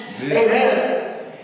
Amen